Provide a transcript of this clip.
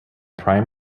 prime